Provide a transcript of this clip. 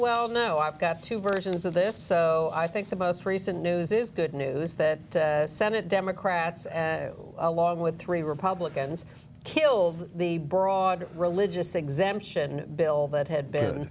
well no i've got two versions of this so i think the most recent news is good news that senate democrats and along with three republicans killed the broad religious exemption bill that had been